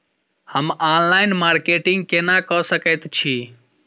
हम online marketing केना कऽ सकैत छी?